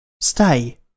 Stay